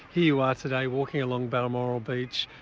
here you are today walking along balmoral beach,